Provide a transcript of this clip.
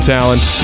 Talent